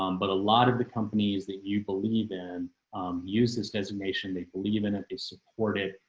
um but a lot of the companies that you believe in use this designation. they believe in ah a supportive.